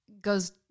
goes